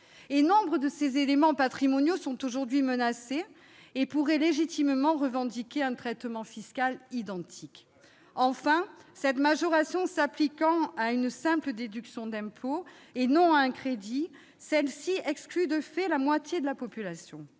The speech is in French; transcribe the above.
nombre de ces éléments patrimoniaux sont aujourd'hui menacés et pourraient légitimement revendiquer un traitement fiscal identique. C'est vrai ! Ils auront droit au loto ... Enfin, cette majoration s'appliquant à une simple déduction d'impôt, et non à un crédit, elle exclut, de fait, la moitié de la population.